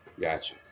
gotcha